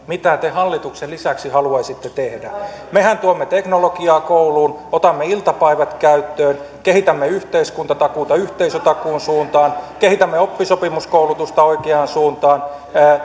mitä te hallituksen lisäksi haluaisitte tehdä mehän tuomme teknologiaa kouluun otamme iltapäivät käyttöön kehitämme yhteiskuntatakuuta yhteisötakuun suuntaan kehitämme oppisopimuskoulutusta oikeaan suuntaan